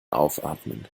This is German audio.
aufatmen